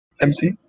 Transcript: MC